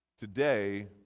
Today